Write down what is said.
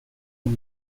uma